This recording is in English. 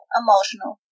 emotional